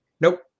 Nope